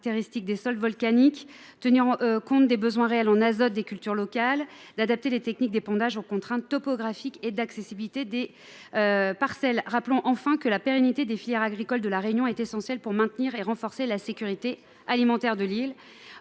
des sols volcaniques ainsi que des besoins réels en azote des cultures locales, et que les techniques d’épandage soient adaptées aux contraintes topographiques et d’accessibilité des parcelles. Rappelons également que la pérennité des filières agricoles de La Réunion est essentielle pour maintenir et renforcer la sécurité alimentaire de l’île.